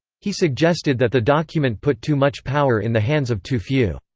he suggested that the document put too much power in the hands of too few.